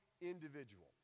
individual